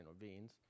intervenes